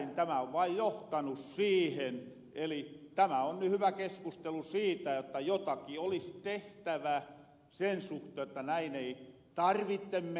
tämä on vain johtanu siihen eli tämä on ny hyvä keskustelu siitä että jotakin olis tehtävä sen suhteen jotta näin ei tarvitte menetellä